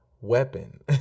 weapon